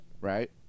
right